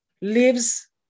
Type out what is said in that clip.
lives